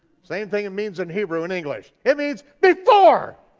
same thing it means in hebrew and english, it means before.